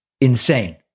insane